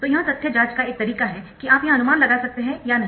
तो यह तथ्य जाँच का एक तरीका है कि आप यह अनुमान लगा सकते है या नहीं